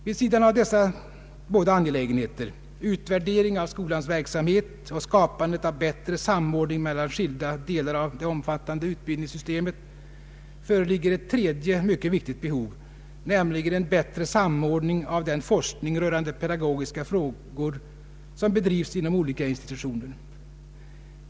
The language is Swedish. Vid sidan av dessa båda angelägenheter — utvärdering av skolans verksamhet och skapande av bättre samordning mellan skilda delar av det omfattande utbildningssystemet — föreligger ett tredje mycket viktigt behov, nämligen en bättre samordning av den forskning rörande pedagogiska frågor som bedrivs inom olika institutioner.